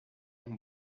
ont